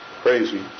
crazy